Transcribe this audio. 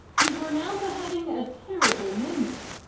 he's renowned for having a terrible memory.